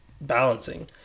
balancing